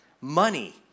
Money